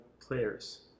players